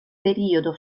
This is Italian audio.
periodo